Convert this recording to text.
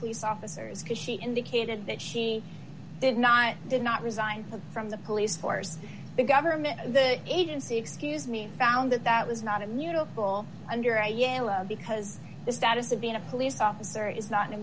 police officers because she indicated that she did not did not resign from the police force the government the agency excuse me found that that was not immutable under a yellow because the status of being a police officer is not an